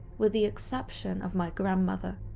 with the exception of my grandmother.